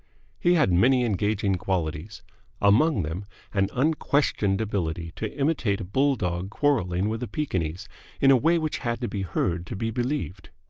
he had many engaging qualities among them an unquestioned ability to imitate a bulldog quarrelling with a pekingese in a way which had to be heard to be believed.